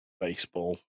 baseball